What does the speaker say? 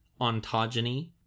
ontogeny